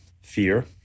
fear